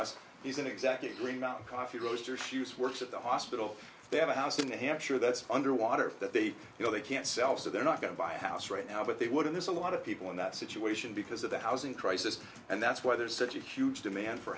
us he's an executive green mountain coffee roasters fuz works at the hospital they have a house in new hampshire that's under water that they feel they can't sell so they're not going to buy a house right now but they would in there's a lot of people in that situation because of the housing crisis and that's why there's such a huge demand for